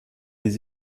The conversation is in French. les